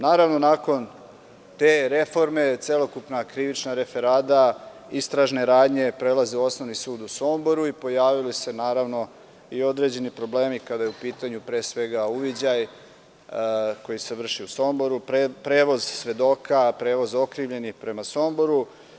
Naravno, nakon te reforme, celokupna krivična referada , istražne radnje prelaze u Osnovni sud u Somboru i pojavili su se i određeni problemi kada je u pitanju, pre svega uviđaj, koji se vrši u Somboru, prevoz svedoka, prevoz okrivljenih prema Somboru.